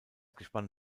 gespann